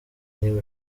niba